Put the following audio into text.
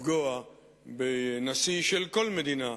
לפגוע בנשיא של כל מדינה,